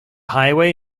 highway